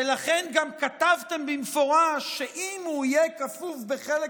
ולכן גם כתבתם במפורש שאם הוא יהיה כפוף בחלק